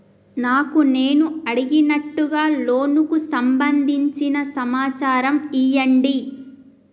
నాకు నేను అడిగినట్టుగా లోనుకు సంబందించిన సమాచారం ఇయ్యండి?